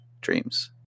dreams